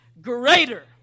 greater